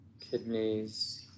kidneys